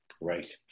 Right